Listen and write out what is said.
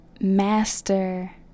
Master